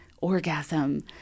orgasm